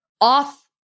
off